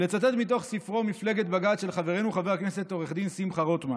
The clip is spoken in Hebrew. לצטט מתוך הספר "מפלגת בג"ץ" של חברנו חבר הכנסת עו"ד שמחה רוטמן